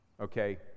Okay